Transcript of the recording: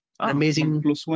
Amazing